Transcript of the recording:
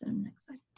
next slide.